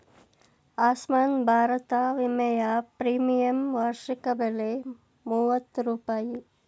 ಆಸ್ಮಾನ್ ಭಾರತ ವಿಮೆಯ ಪ್ರೀಮಿಯಂ ವಾರ್ಷಿಕ ಬೆಲೆ ಮೂವತ್ತು ರೂಪಾಯಿ